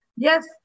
Yes